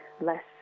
less